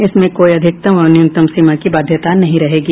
इसमें कोई अधिकतम और न्यूनतम सीमा की बाध्यता नहीं रहेगी